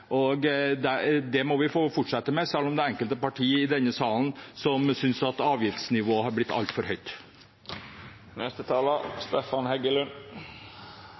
må få fortsette med det selv om det er enkelte partier i denne salen som synes at avgiftsnivået er blitt altfor